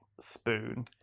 spoon